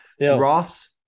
Ross